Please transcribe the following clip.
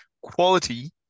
quality